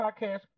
podcast